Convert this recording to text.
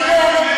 איך,